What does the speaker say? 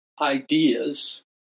ideas